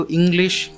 English